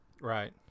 Right